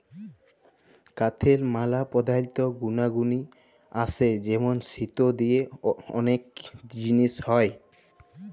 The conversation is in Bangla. কাঠের ম্যালা পদার্থ গুনাগলি আসে যেমন সিটো দিয়ে ওলেক জিলিস হ্যয়